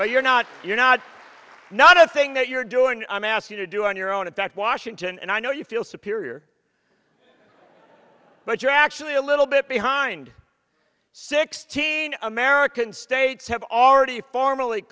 but you're not you're not not a thing that you're doing i'm asking to do on your own at that washington and i know you feel superior but you're actually a little bit behind sixteen american states have already formally